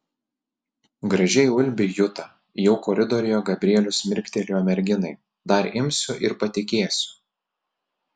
gražiai ulbi juta jau koridoriuje gabrielius mirktelėjo merginai dar imsiu ir patikėsiu